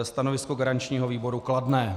Stanovisko garančního výboru kladné.